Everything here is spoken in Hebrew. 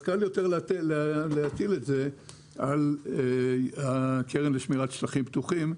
אז קל יותר להטיל את זה על הקרן לשמירת שטחים פתוחים.